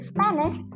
Spanish